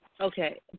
Okay